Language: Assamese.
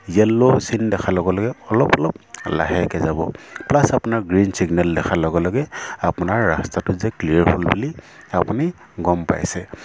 য়েল্ল' চিন দেখাৰ লগে লগে অলপ অলপ লাহেকৈ যাব প্লাছ আপোনাৰ গ্ৰীণ ছিগনেল দেখাৰ লগে লগে আপোনাৰ ৰাস্তাটো যে ক্লিয়াৰ হ'ল বুলি আপুনি গম পাইছে